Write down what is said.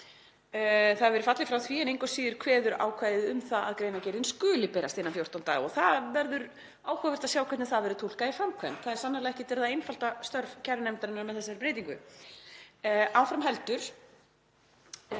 Fallið hefur verið frá því en engu að síður kveður ákvæðið á um að greinargerðin skuli berast innan 14 daga og það verður áhugavert að sjá hvernig það verður túlkað í framkvæmd. Það er sannarlega ekki verið að einfalda störf kærunefndarinnar með þessari breytingu. Áfram heldur,